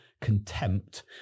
contempt